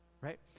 right